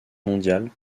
mondiale